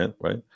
right